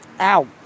Ow